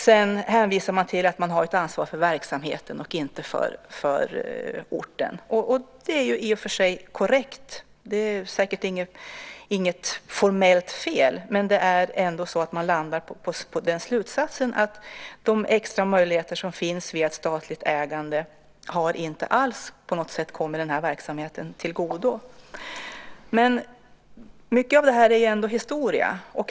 Sedan hänvisar man till att man har ett ansvar för verksamheten och inte för orten. Det är i och för sig korrekt och säkert inget formellt fel, men slutsatsen är ändå att de extra möjligheter som finns via ett statligt ägande inte alls har kommit den här verksamheten till godo. Mycket av det här är historia.